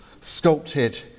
sculpted